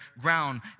ground